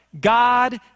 God